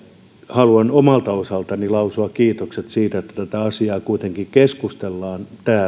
haluan omalta osaltani lausua kiitokset siitä että tästä asiasta kuitenkin keskustellaan täällä tämä on